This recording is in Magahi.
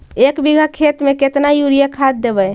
एक बिघा खेत में केतना युरिया खाद देवै?